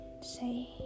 say